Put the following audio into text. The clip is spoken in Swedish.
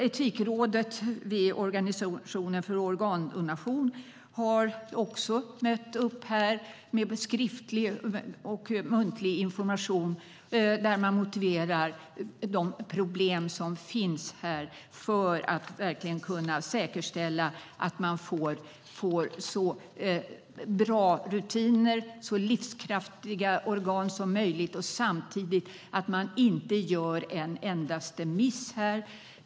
Etikrådet vid Organisationen för organdonation har också mött upp med skriftlig och muntlig information där man motiverar de problem som finns när det gäller att verkligen kunna säkerställa att man får så bra rutiner och så livskraftiga organ som möjligt och samtidigt inte gör en endaste miss.